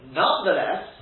nonetheless